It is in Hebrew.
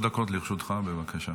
לרשותך, בבקשה.